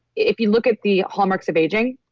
if you look at the hallmarks of aging,